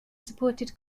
supported